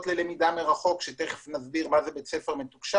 ללמידה מרחוק שתכף נסביר מה זה בית ספר מתוקשב.